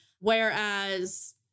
whereas